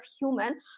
human